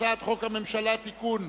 הצעת חוק הממשלה (תיקון,